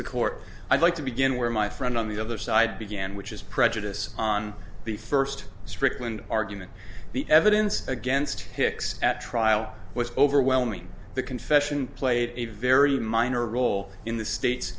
the court i'd like to begin where my friend on the other side began which is prejudice on the first strickland argument the evidence against him at trial was overwhelming the confession played a very minor role in the state